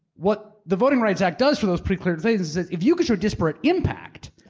what the voting rights act does for those pre clearance phases is, if you could show disparate impact,